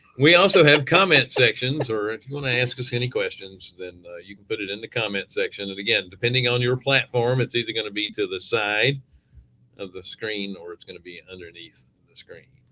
we also have comment sections or if you want to ask us any questions, then you can put it in the comment section. and again, depending on your platform, it's either going to be to the side of the screen or it's going to be underneath the screen.